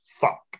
fuck